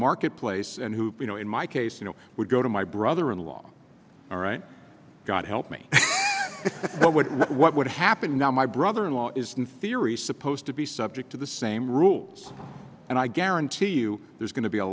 marketplace and who you know in my case you know would go to my brother in law all right god help me what would what would happen now my brother in law is in theory supposed to be subject to the same rules and i guarantee you there's going to be a